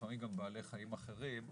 לפעמים גם בעלי חיים אחרים,